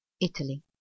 Italy